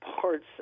parts